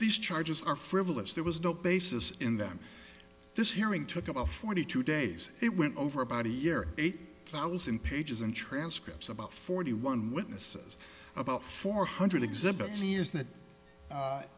these charges are frivolous there was no basis in them this hearing took about forty two days it went over about a year eight thousand pages and transcripts about forty one witnesses about four hundred exhibits years that